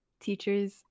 teachers